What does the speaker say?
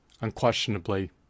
unquestionably